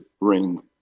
ring